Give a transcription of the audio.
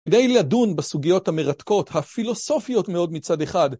כדי לדון בסוגיות המרתקות, הפילוסופיות מאוד מצד אחד,